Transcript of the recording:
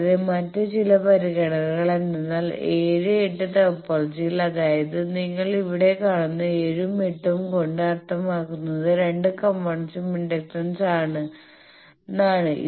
കൂടാതെ മറ്റ് ചില പരിഗണനകൾ എന്തെന്നാൽ 7 8 ടോപ്പോളജിയിൽ അതായത് നിങ്ങൾ ഇവിടെ കാണുന്ന 7 ഉം 8 ഉം കൊണ്ട് അർത്ഥമാക്കുന്നത് രണ്ട് കമ്പോണന്റ്സും ഇൻഡക്ടൻസാണെന്നാണ്